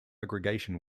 aggregation